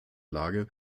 lage